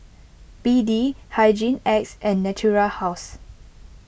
B D Hygin X and Natura House